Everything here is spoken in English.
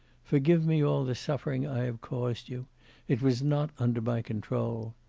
forgive me all the suffering i have caused you it was not under my control.